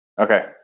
Okay